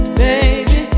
baby